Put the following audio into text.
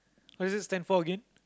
what does it stand for again